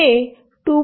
हे 2